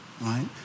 right